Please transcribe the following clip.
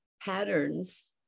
patterns